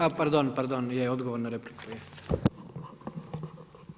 A pardon, pardon, je odgovor na repliku, je.